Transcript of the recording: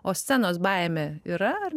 o scenos baimė yra